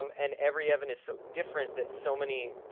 um and every evan is so different that so many,